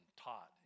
taught